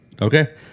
Okay